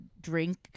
drink